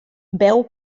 beu